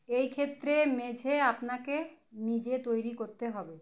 এই ক্ষেত্রে মেঝে আপনাকে নিজে তৈরি করতে হবে